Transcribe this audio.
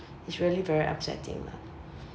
it's really very upsetting lah